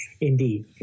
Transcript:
Indeed